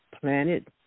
planet